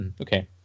okay